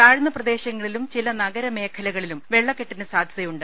താഴ്ന്ന പ്രദേശങ്ങളിലും ചില നഗരമേഖലകളിലും വെള്ളക്കെട്ടിനു സാധ്യതയുണ്ട്